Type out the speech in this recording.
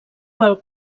pel